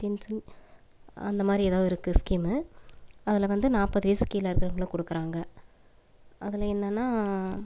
pension அந்த மாதிரி ஏதோ இருக்குது ஸ்கீமூ அதில் வந்து நாற்பது வயதுக்கு கீழே இருக்கிறவங்களுக்கு கொடுக்குறாங்க அதில் என்னென்னா